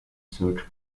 search